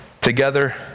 together